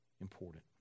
important